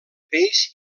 peix